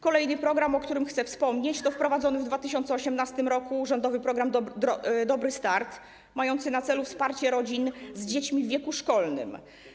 Kolejny program, o którym chcę wspomnieć, to wprowadzony w 2018 r. rządowy program „Dobry start”, który ma na celu wsparcie rodzin z dziećmi w wieku szkolnym.